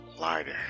Lighter